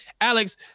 Alex